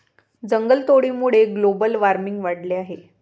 जंगलतोडीमुळे global warming वाढले आहे